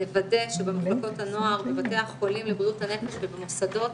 נוודא שמחלקות הנוער בבתי החולים לבריאות הנפש והמוסדות